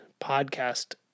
podcast